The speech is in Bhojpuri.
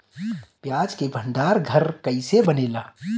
प्याज के भंडार घर कईसे बनेला?